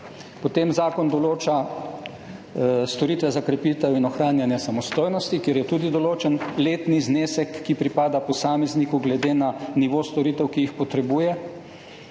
Potem Zakon določa storitve za krepitev in ohranjanje samostojnosti, kjer je tudi določen letni znesek, ki pripada posamezniku glede na nivo storitev, ki jih potrebuje,